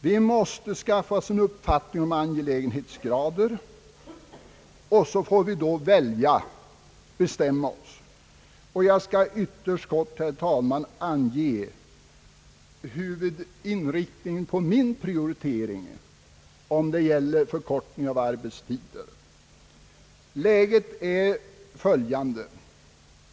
Vi måste skaffa oss en uppfattning om angelägenhetsgrader, och reformera därefter. Herr talman! Jag skall ytterst kort ange huvudinriktningen på min prioritering om det gäller förkortning av arbetstider. Läget är följande .